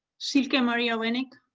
so yeah maria winick.